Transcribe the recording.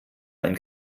einen